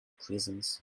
prisons